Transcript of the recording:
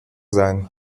sein